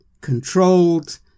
controlled